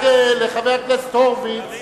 רק לחבר הכנסת הורוביץ